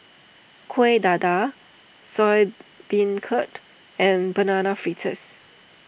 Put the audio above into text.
Kueh Dadar Soya Beancurd and Banana Fritters